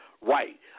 right